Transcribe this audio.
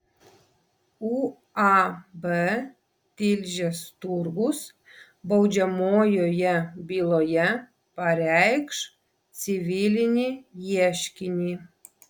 uab tilžės turgus baudžiamojoje byloje pareikš civilinį ieškinį